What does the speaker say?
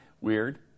Weird